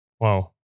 Wow